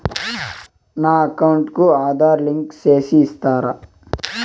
నా అకౌంట్ కు ఆధార్ లింకు సేసి ఇస్తారా?